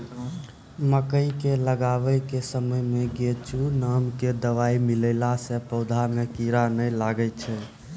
मकई के लगाबै के समय मे गोचु नाम के दवाई मिलैला से पौधा मे कीड़ा नैय लागै छै?